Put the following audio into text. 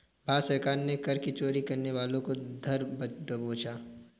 भारत सरकार ने कर की चोरी करने वालों को धर दबोचा